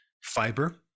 fiber